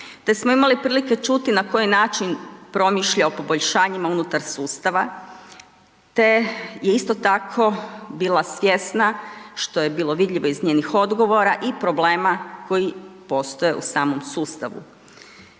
te smo imali prilike čuti na koji način promišlja o poboljšanjima unutar sustava te je isto tako bila svjesna, što je bilo vidljivo iz njenih odgovora, i problema koji postoje u samom sustavu.